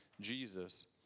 Jesus